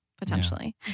potentially